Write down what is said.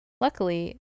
Luckily